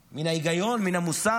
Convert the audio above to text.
מן ההיגיון, מן המוסר,